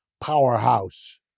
powerhouse